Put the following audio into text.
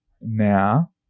now